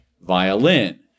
violin